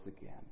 again